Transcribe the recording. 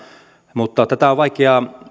mutta tätä on vaikea